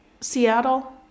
Seattle